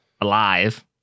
alive